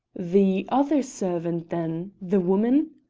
the other servant then the woman?